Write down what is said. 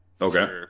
okay